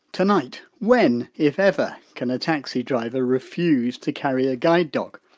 tonight, when, if ever, can a taxi driver refuse to carry a guide dog?